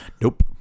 Nope